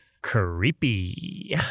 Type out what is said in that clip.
Creepy